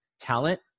talent